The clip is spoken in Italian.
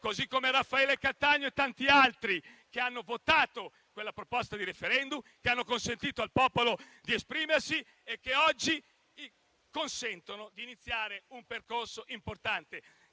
ancora Raffaele Cattaneo e tanti altri che hanno votato quella proposta di *referendum*, che hanno consentito al popolo di esprimersi e che oggi consentono di iniziare un percorso importante.